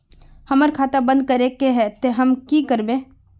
हमर खाता बंद करे के है ते हम की करबे?